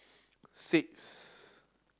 six